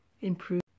improve